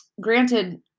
granted